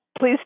Please